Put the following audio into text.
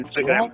Instagram